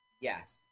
Yes